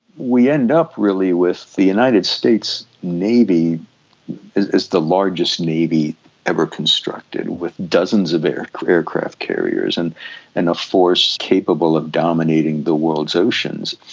we end up really with the united states maybe is the largest navy ever constructed, with dozens of aircraft aircraft carriers and and a force capable of dominating the world's oceans.